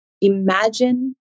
imagine